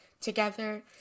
together